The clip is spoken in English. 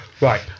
right